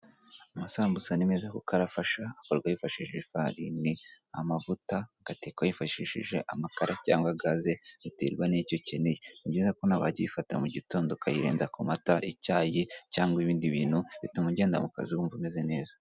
Amasambusa ni meza kuko arafasha akorwa hifashishijwe ifarini amavuta agatekwa bifashishije amakara cyangwa gaze biterwa n'icyo ukeneye, ni byiza ko nawe wajya uyifata mu gitondo ukayirenza ku mata, icyayi cyangwa ibindi bintu bituma ugenda mu kazi wumva umeze neza.